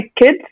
kids